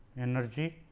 energy